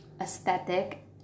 aesthetic